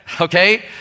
Okay